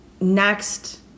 Next